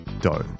dough